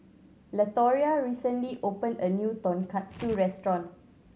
Latoria recently opened a new Tonkatsu Restaurant